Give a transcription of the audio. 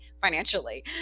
financially